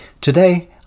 Today